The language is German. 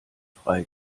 frei